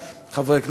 הצעת החוק הבאה: